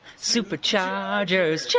superchargers, yeah